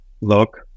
look